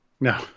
No